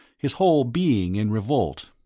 his whole being in revolt.